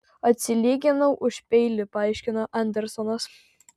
atsilyginau už peilį paaiškino andersonas